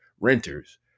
renters